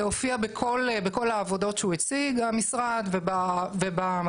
זה הופיע בכל העבודות שהוא הציג המשרד ובמצגות.